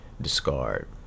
discard